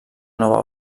nova